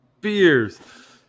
Beers